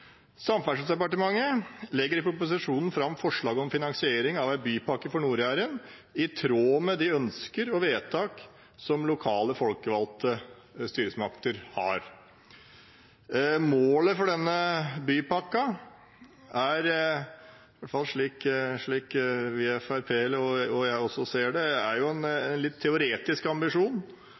Samferdselsdepartementet legger i proposisjonen fram forslag om finansiering av en bypakke for Nord-Jæren, i tråd med de ønsker og vedtak som lokale folkevalgte styresmakter har. Målet for denne bypakken er, i hvert fall slik vi i Fremskrittspartiet – og også jeg – ser det, en litt teoretisk ambisjon